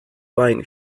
buying